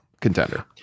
contender